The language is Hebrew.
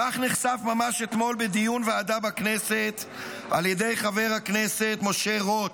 כך נחשף ממש אתמול בדיון ועדה בכנסת על ידי חבר הכנסת משה רוט,